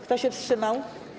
Kto się wstrzymał?